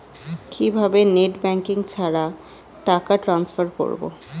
কিভাবে net banking ছাড়া টাকা ট্রান্সফার করবো?